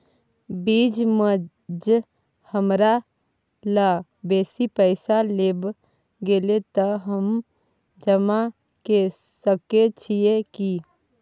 बीच म ज हमरा लग बेसी पैसा ऐब गेले त हम जमा के सके छिए की?